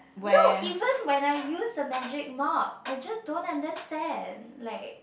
no even when I use the magic mop I just don't understand like